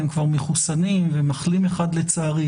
הם כבר מחוסנים ומחלים אחד לצערי,